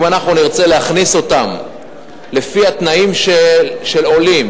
אם אנחנו נרצה להכניס אותם לפי התנאים של עולים,